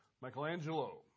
Michelangelo